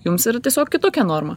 jums yra tiesiog kitokia norma